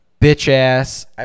bitch-ass